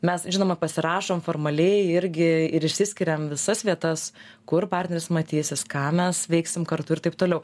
mes žinoma pasirašom formaliai irgi ir išsiskiriam visas vietas kur partneris matysis ką mes veiksim kartu ir taip toliau